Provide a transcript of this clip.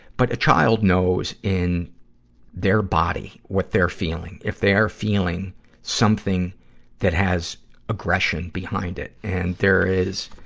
but a child knows in their body what they're feeling, if they are feeling something that has aggression behind it. and there is